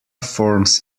forms